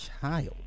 child